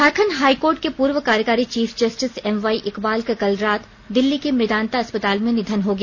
Jharkhand high court के पूर्व कार्यकारी chief justice M Y Iqbal का कल रात दिल्ली के मेदान्ता अस्पताल मे निधन हो गया